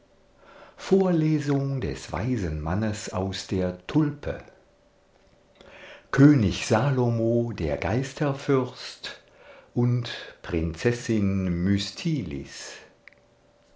vorlesung des weisen mannes aus der tulpe könig salomo der geisterfürst und prinzessin